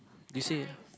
you say